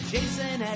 Jason